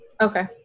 Okay